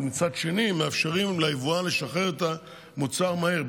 אבל מצד שני מאפשרים ליבואן לשחרר את המוצר מהר,